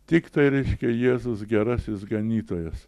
tiktai reiškia jėzus gerasis ganytojas